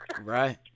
right